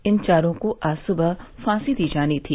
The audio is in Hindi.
इन चारों को आज सुबह फांसी दी जानी थी